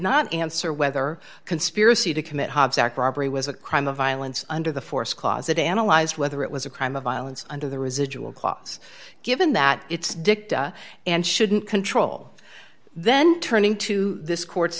not answer whether conspiracy to commit hobbs act robbery was a crime of violence under the force closet analyzed whether it as a crime of violence under the residual clause given that it's dicta and shouldn't control then turning to